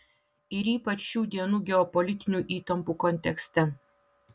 ir ypač šių dienų geopolitinių įtampų kontekste